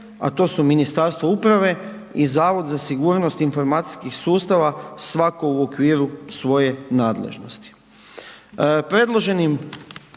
a to su Ministarstvo uprave i Zavod za sigurnost informacijskih sustava svatko u okviru svoje nadležnosti. Predloženim